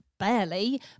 Barely